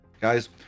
guys